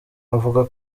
avuga